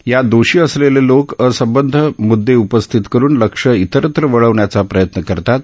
यात दोषी असलेले लोक असंबद्ध मुद्दे उपस्थित करुन लक्ष इतरत्र वळवण्याचा प्रयत्न करतात